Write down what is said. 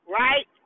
right